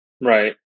Right